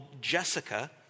Jessica